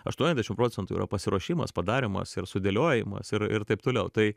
aštuoniasdešim procentų yra pasiruošimas padarymas ir sudėliojimas ir ir taip toliau tai